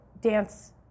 dance